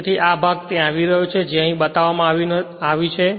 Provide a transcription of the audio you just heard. તેથી આ ભાગ ત્યાં આવી રહ્યો છે જે અહીં બતાવવામાં આવ્યું છે